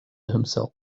himself